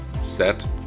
Set